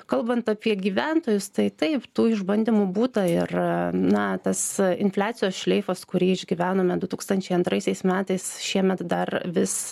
kalbant apie gyventojus tai taip tų išbandymų būtą ir na tas infliacijos šleifas kurį išgyvenome du tūkstančiai antraisiais metais šiemet dar vis